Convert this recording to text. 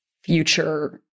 future